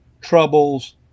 troubles